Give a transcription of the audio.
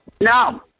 No